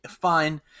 fine